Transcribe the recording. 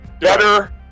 better